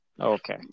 Okay